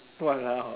!walao!